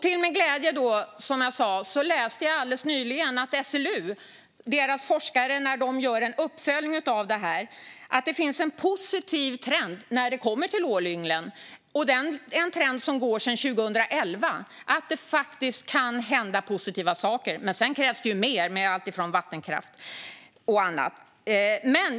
Till min glädje läste jag alldeles nyligen att SLU:s forskare gjort en uppföljning och att det sedan 2011 finns en positiv trend för ålynglen. Det kan faktiskt hända positiva saker. Men sedan krävs det mer; det handlar om vattenkraft och annat.